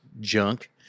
junk